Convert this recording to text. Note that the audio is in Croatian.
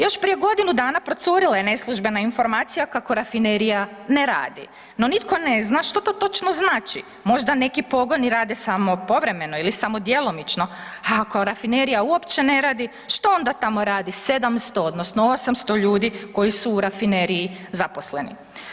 Još prije godinu dana procurila je neslužbena informacija kako rafinerija ne radi no nitko ne znam što to točno znači, možda neki pogoni rade samo povremeno ili samo djelomično a ako rafinerija uopće ne radi, što onda tamo radi 700 odnosno 800 ljudi koji su u rafineriji zaposleni?